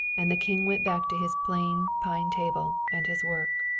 and the king went back to his plain pine table and his work.